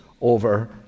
over